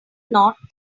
not